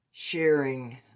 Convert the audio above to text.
sharing